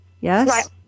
Yes